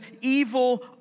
evil